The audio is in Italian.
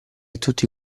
tutti